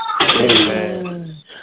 Amen